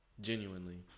Genuinely